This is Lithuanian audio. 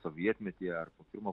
sovietmetyje ar po pirmo